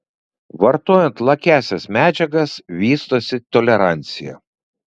vartojant lakiąsias medžiagas vystosi tolerancija